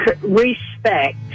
respect